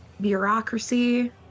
bureaucracy